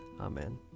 Amen